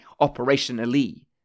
operationally